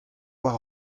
war